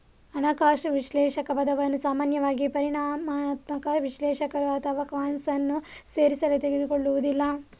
ಹಣಕಾಸು ವಿಶ್ಲೇಷಕ ಪದವನ್ನು ಸಾಮಾನ್ಯವಾಗಿ ಪರಿಮಾಣಾತ್ಮಕ ವಿಶ್ಲೇಷಕರು ಅಥವಾ ಕ್ವಾಂಟ್ಸ್ ಅನ್ನು ಸೇರಿಸಲು ತೆಗೆದುಕೊಳ್ಳುವುದಿಲ್ಲ